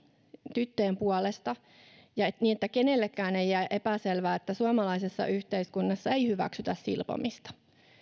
tyttöjen puolesta niin että kenellekään ei jää epäselväksi että suomalaisessa yhteiskunnassa ei hyväksytä silpomista